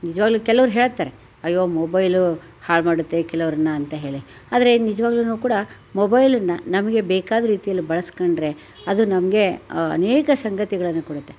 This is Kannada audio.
ನಿಜವಾಗ್ಲೂ ಕೆಲವ್ರು ಹೇಳ್ತಾರೆ ಅಯ್ಯೋ ಮೊಬೈಲು ಹಾಳು ಮಾಡುತ್ತೆ ಕೆಲವರನ್ನ ಅಂತ ಹೇಳಿ ಆದರೆ ನಿಜ್ವಾಗ್ಲೂ ಕೂಡ ಮೊಬೈಲನ್ನ ನಮಗೆ ಬೇಕಾದ ರೀತೀಲ್ಲಿ ಬಳಸ್ಕೊಂಡ್ರೆ ಅದು ನಮಗೆ ಅನೇಕ ಸಂಗತಿಗಳನ್ನು ಕೊಡುತ್ತೆ